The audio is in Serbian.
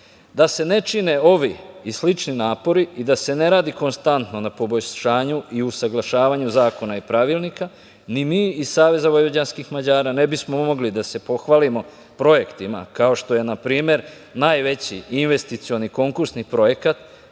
se ne čine ovi i slični napori i da se ne radi konstantno na poboljšanju i usaglašavanju zakona i pravilnika ni mi iz Saveza vojvođanskih Mađara ne bismo mogli da se pohvalimo projektima, kao što je na primer najveći investicioni konkursni projekat,